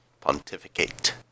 pontificate